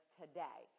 today